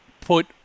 put